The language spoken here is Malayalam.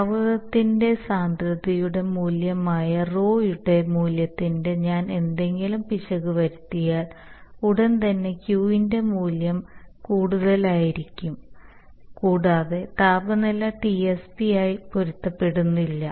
ദ്രാവകത്തിന്റെ സാന്ദ്രതയുടെ മൂല്യമായ Rho യുടെ മൂല്യത്തിൽ ഞാൻ എന്തെങ്കിലും പിശക് വരുത്തിയാൽ ഉടൻ തന്നെ Q ന്റെ മൂല്യം കൂടുതലായിരിക്കും കൂടാതെ താപനില Tsp മായി പൊരുത്തപ്പെടുന്നില്ല